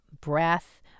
breath